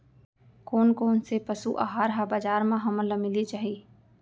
कोन कोन से पसु आहार ह बजार म हमन ल मिलिस जाही?